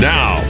Now